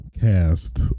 cast